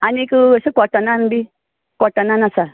आनीक अशें काॅटनान बी काॅटनान आसा